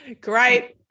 Great